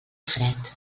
fred